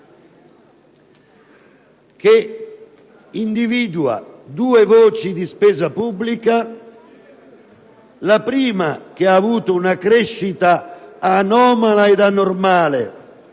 che individua due voci di spesa pubblica. La prima voce ha avuto una crescita anomala del